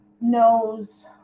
knows